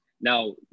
now